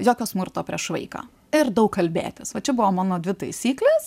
jokio smurto prieš vaiką ir daug kalbėtis va čia buvo mano dvi taisyklės